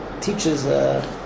teaches